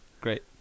Great